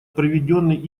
проведенный